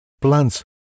plants